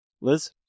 Liz